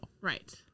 Right